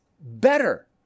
better